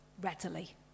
readily